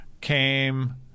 came